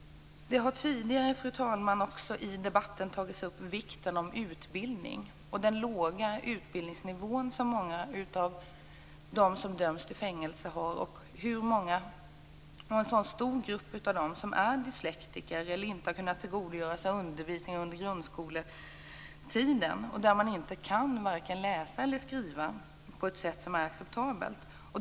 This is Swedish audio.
Vikten av utbildning har tagits upp tidigare i debatten, fru talman. Många av dem som döms till fängelse har låg utbildningsnivå. En stor grupp av dem är dyslektiker eller har inte kunnat tillgodogöra sig undervisningen under grundskoletiden. De kan varken läsa eller skriva på ett sätt som är acceptabelt.